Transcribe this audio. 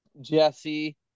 Jesse